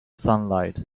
sunlight